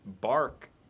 bark